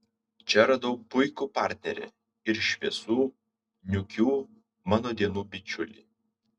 čia radau puikų partnerį ir šviesų niūkių mano dienų bičiulį